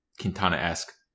Quintana-esque